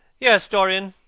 yes, dorian,